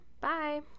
bye